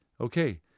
okay